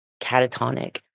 catatonic